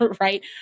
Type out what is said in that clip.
right